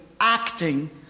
acting